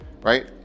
right